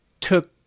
took